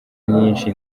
nyinshi